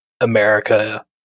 America